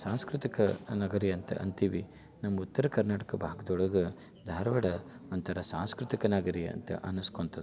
ಸಾಂಸ್ಕೃತಿಕ ನಗರಿ ಅಂತ ಅಂತೀವಿ ನಮ್ಮ ಉತ್ರ ಕರ್ನಾಟಕ ಭಾಗ್ದೊಳಗೆ ಧಾರವಾಡ ಒಂಥರ ಸಾಂಸ್ಕೃತಿಕ ನಗರಿ ಅಂತ ಅನ್ನಿಸ್ಕೊಂಥದ್ದು